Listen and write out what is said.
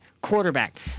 quarterback